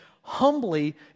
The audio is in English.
Humbly